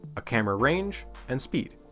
a camera range, and speed.